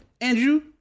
Andrew